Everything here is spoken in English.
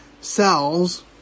cells